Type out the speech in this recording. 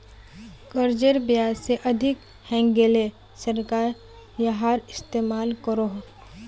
कर्जेर ब्याज से अधिक हैन्गेले सरकार याहार इस्तेमाल करोह